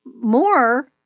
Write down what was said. more